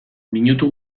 minutu